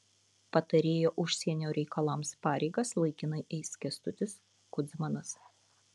patarėjo užsienio reikalams pareigas laikinai eis kęstutis kudzmanas